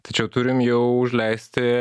tačiau turim jau užleisti